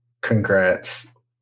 Congrats